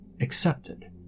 accepted